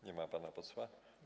Nie ma pana posła.